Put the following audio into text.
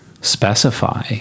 specify